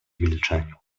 milczeniu